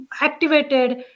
activated